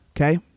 Okay